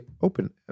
open